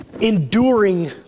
enduring